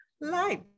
life